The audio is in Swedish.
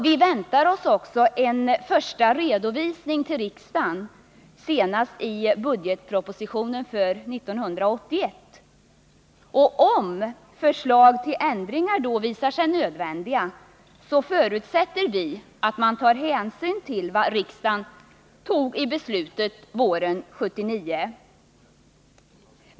Vi väntar oss också en första redovisning till riksdagen senast i budgetpropositionen 1981. Om ändringar då visar sig nödvändiga förutsätter vi att man tar hänsyn till vad riksdagen beslutade våren 1979.